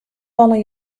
wolle